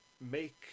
make